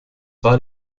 war